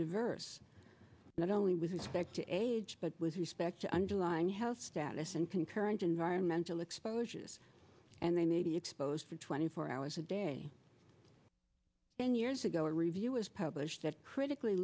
diverse not only with respect to age but with respect to underlying health status and concurrent environmental exposures and they may be exposed to twenty four hours a day ten years ago a review was published that critically